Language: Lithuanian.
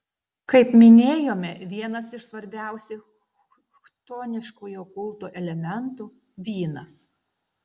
kaip minėjome vienas iš svarbiausių chtoniškojo kulto elementų vynas